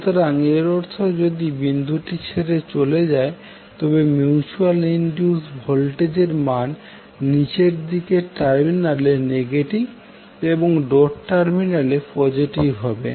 সুতরাং এর অর্থ যদি বিন্দুটি ছেড়ে চলে যায় তবে মিউচুয়াল ইনডিউসড ভোল্টেজের মান নীচের দিকে টার্মিনালে নেগেটিভ এবং ডট টার্মিনালে পোজেটিভ হবে